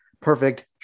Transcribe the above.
perfect